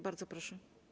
Bardzo proszę.